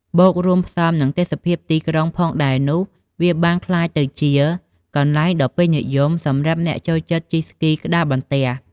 បូករួមផ្សំ និងទេសភាពទីក្រុងផងដែរនោះ វាបានក្លាយទៅជាកន្លែងដ៏ពេញនិយមសម្រាប់អ្នកចូលចិត្តជិះស្គីក្ដារបន្ទះ។